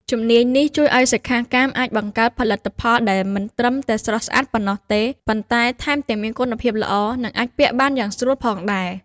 ជំនាញនេះជួយឱ្យសិក្ខាកាមអាចបង្កើតផលិតផលដែលមិនត្រឹមតែស្រស់ស្អាតប៉ុណ្ណោះទេ ប៉ុន្តែថែមទាំងមានគុណភាពល្អ និងអាចពាក់បានយ៉ាងស្រួលផងដែរ។